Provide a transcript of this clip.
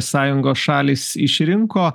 sąjungos šalys išrinko